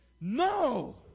No